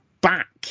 back